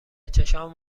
چشمام